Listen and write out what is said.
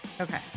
Okay